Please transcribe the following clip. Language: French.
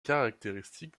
caractéristique